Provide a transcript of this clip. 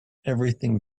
everything